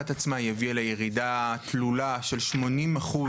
עצמה היא הביאה לירידה תלולה של 80%